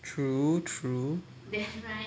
true true